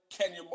Kenya